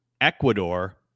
Ecuador